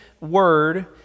word